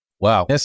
Wow